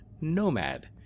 Nomad